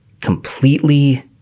completely